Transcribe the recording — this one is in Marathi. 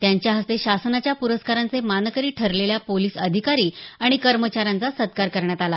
त्यांच्या हस्ते शासनाच्या प्रस्कारांचे मानकरी ठरलेल्या पोलीस अधिकारी आणि कर्मचाऱ्यांचा सत्कार करण्यात आला